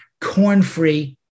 corn-free